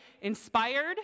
Inspired